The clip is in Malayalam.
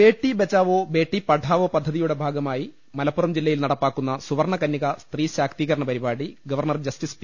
ബേട്ടി ബചാവോ ബേട്ടി പഠാവോ പദ്ധതിയുടെ ഭാഗമായി മലപ്പുറം ജില്ലയിൽ നടപ്പാക്കുന്ന സുവർണ്ണ കന്യക സ്ത്രീ ശാക്തീ കരണ പരിപാടി ഗവർണർ ജസ്റ്റിസ് പി